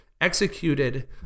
executed